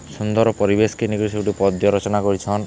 ସୁନ୍ଦର ପରିବେଶକେ ନେଇକରି ସେ ଗୁଟେ ପଦ୍ୟ ରଚନା କରିଛନ୍